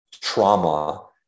trauma